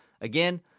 Again